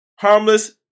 harmless